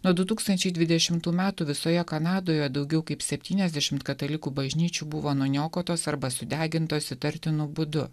nuo du tūkstančiai dvidešimtų metų visoje kanadoje daugiau kaip setyniasdešimt katalikų bažnyčių buvo nuniokotos arba sudegintos įtartinu būdu